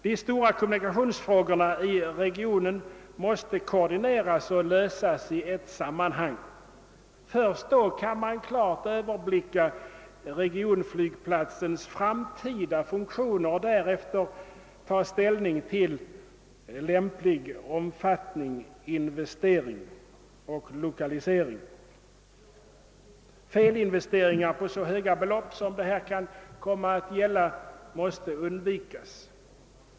De stora kommunikationsfrågorna i regionen måste koordineras och lösas i ett sammanhang. Först då kan man klart — överblicka = regionflygplatsens framtida funktioner och därefter ta ställning till frågan om flygfältets omfattning, nödvändig investering och 1okalisering. Felinvesteringar på så höga belopp som det här kan komma att gälla måste undvikas.